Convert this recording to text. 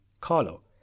Carlo